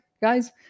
guys